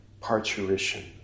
parturition